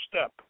step